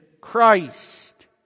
Christ